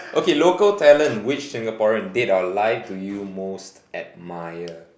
okay local talent which Singaporean dead or alive do you most admire